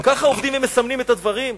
ככה עובדים ומסמנים את הדברים?